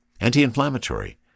Anti-inflammatory